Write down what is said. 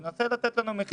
תנסה לתת מחיר,